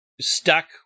stuck